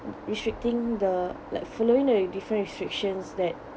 restricting the like following the different restrictions that